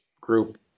group